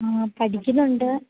ആ പഠിക്കുന്നുണ്ട്